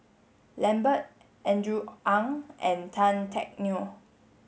Lambert Andrew Ang and Tan Teck Neo